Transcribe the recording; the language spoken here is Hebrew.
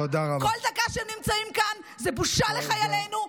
כל דקה שהם נמצאים כאן זה בושה לחיילינו,